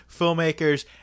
filmmakers